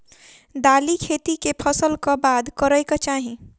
दालि खेती केँ फसल कऽ बाद करै कऽ चाहि?